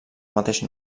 mateix